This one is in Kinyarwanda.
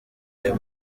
ayo